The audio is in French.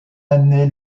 année